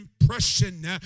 impression